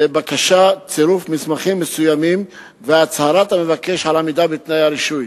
צירוף מסמכים מסוימים והצהרת המבקש על עמידה בתנאי הרישוי